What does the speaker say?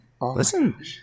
Listen